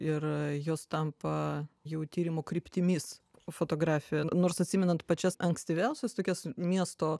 ir jos tampa jų tyrimų kryptimis fotografija nors atsimenant pačias ankstyviausias tokias miesto